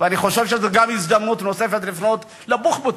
אני חושב שזו גם הזדמנות נוספת לפנות לבוחבוט,